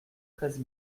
treize